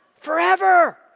Forever